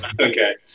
Okay